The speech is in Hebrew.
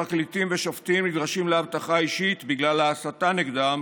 פרקליטים ושופטים נדרשים לאבטחה אישית בגלל ההסתה נגדם